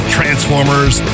Transformers